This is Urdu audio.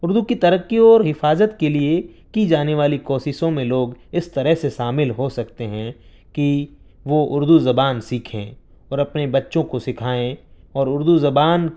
اردو کی ترقی اور حفاظت کے لیے کی جانے والی کوششوں میں لوگ اس طرح سے شامل ہوسکتے ہیں کہ وہ اردو زبان سیکھیں اور اپنے بچوں کو سکھائیں اور اردو زبان